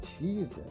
Jesus